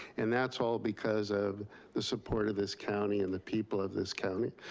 and that's all because of the support of this county and the people of this county.